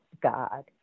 god